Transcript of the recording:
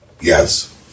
Yes